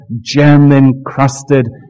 gem-encrusted